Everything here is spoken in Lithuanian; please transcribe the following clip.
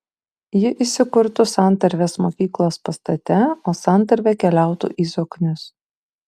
ji įsikurtų santarvės mokyklos pastate o santarvė keliautų į zoknius